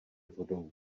vodou